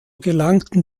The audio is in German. gelangten